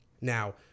Now